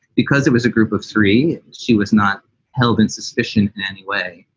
because it was a group of three. she was not held in suspicion in any way.